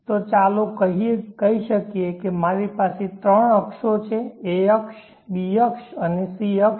તો ચાલો કહી શકીએ કે મારી પાસે ત્રણ અક્ષો છે a અક્ષ b અક્ષ અને c અક્ષ